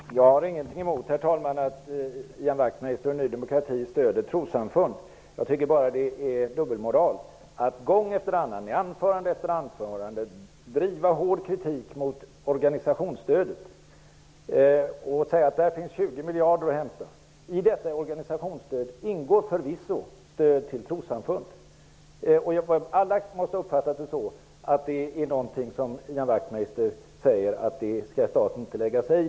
Herr talman! Jag har ingenting emot att Ian Wachtmeister och Ny demokrati stöder trossamfund. Jag tycker bara att det är dubbelmoral att gång efter annan i anförande efter anförande driva hård kritik mot organisationsstödet och säga att det finns 20 miljarder att hämta där. I detta organisationsstöd ingår förvisso stöd till trossamfund. Alla måste ha uppfattat det så, att Ian Wachtmeister menar att staten inte skall lägga sig i.